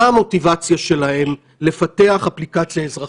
מה המוטיבציה שלהם לפתח אפליקציה אזרחית?